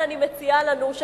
משפט אחרון.